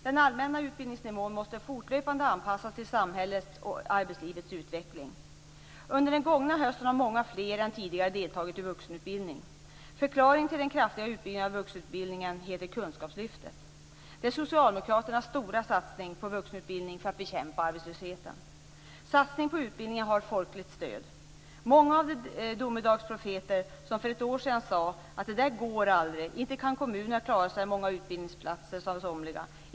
Den allmänna utbildningsnivån måste fortlöpande anpassas till samhällets och arbetslivets utveckling. Under den gångna hösten har många fler än tidigare deltagit i vuxenutbildning. Förklaringen till den kraftiga utbyggnaden av vuxenutbildningen heter kunskapslyftet. Det är socialdemokraternas stora satsning på vuxenutbildning för att bekämpa arbetslösheten. Satsningen på utbildning har folkligt stöd. Många var de domedagsprofeter som för ett år sedan sade att det där går aldrig. Inte kan kommunerna klara så här många utbildningsplatser, sade somliga.